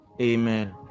Amen